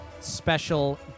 special